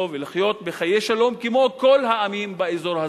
ולחיות בחיי שלום כמו כל העמים באזור הזה.